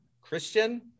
Christian